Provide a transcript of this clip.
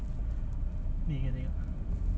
like